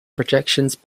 projections